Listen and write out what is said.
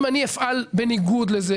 אם אני אפעל בניגוד לזה,